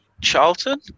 Charlton